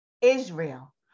Israel